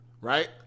right